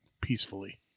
peacefully